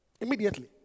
Immediately